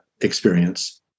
experience